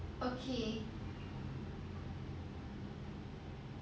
okay